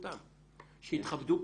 שיכבדו,